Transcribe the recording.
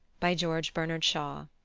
by george bernard shaw